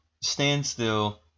standstill